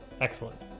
excellent